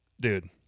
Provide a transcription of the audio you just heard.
dude